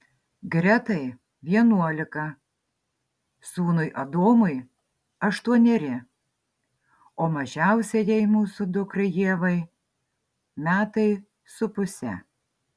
gretai vienuolika sūnui adomui aštuoneri o mažiausiajai mūsų dukrai ievai metai su puse